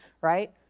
right